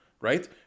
right